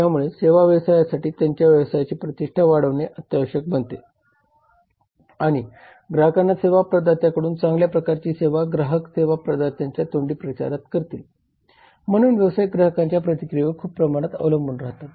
यामुळे सेवा व्यवसायासाठी त्यांच्या व्यवसायाची प्रतिष्ठा वाढवणे अत्यावश्यक बनते आणि ग्राहकांना सेवा प्रदात्याकडून चांगल्या प्रकारची सेवा ग्राहक सेवा प्रदात्यांचा तोंडी प्रचार करतील म्हणून व्यावसायिक ग्राहकांच्या प्रतिक्रियेवर खूप प्रमाणात अवलंबून राहतात